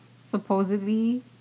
supposedly